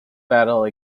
battle